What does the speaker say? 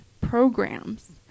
programs